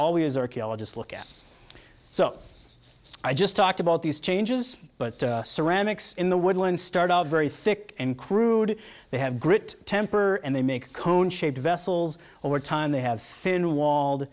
always archaeologists look at so i just talked about these changes but ceramics in the woodland started very thick and crude they have grit temper and they make cone shaped vessels over time they have fin walled